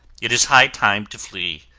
it is high time to flee,